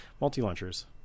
multi-launchers